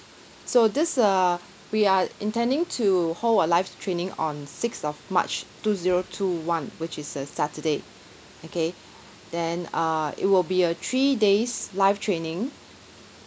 so this uh we are intending to hold a live training on sixth of march two zero two one which is a saturday okay then err it will be a three days live training